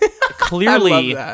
Clearly